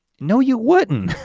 no, you wouldn't.